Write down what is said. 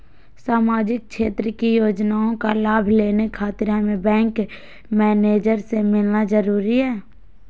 सामाजिक क्षेत्र की योजनाओं का लाभ लेने खातिर हमें बैंक मैनेजर से मिलना जरूरी है?